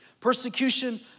Persecution